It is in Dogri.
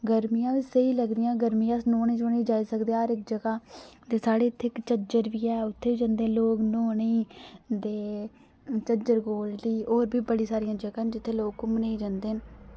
गर्मियां स्हेई लगदियां गर्मियें अस नौह्न्ने शौह्ने जाई सकदे हर इक जगह् ते साढ़े इत्थै इक झज्जर बी ऐ उत्थै जन्दे लोक नौह्ने ई ते झज्जर कोटली होर बी बड़ी सारियां जगह् न जित्थै लोक घुम्मने ई जंदे न